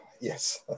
yes